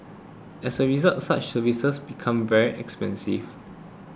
as a result such services become very expensive